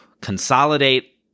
consolidate